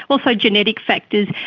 also genetic factors.